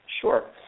Sure